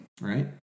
right